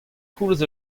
koulz